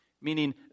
meaning